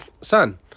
son